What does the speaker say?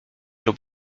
lub